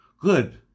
Good